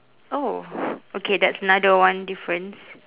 oh okay that's another one difference